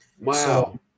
Wow